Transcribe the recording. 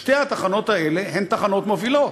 שתי התחנות האלה הן תחנות מובילות.